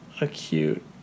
acute